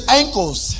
ankles